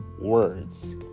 words